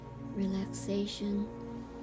relaxation